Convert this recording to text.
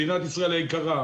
מדינת ישראל היקרה,